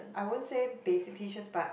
I won't say basic tee shirts but